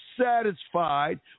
satisfied